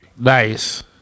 Nice